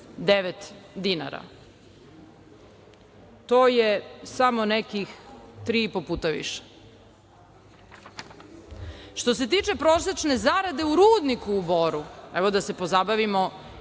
dinara. To je samo nekih tri i po puta više. Što se tiče prosečne zarade u rudniku u Boru, evo da se pozabavimo